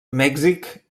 mèxic